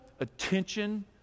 attention